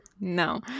no